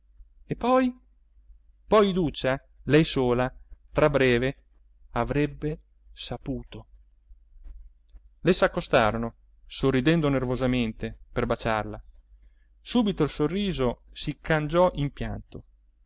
e poi poi iduccia lei sola tra breve avrebbe saputo le s'accostarono sorridendo nervosamente per baciarla subito il sorriso si cangiò